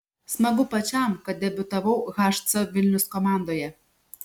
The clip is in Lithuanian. smagu pačiam kad debiutavau hc vilnius komandoje